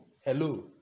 Hello